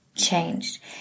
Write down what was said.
changed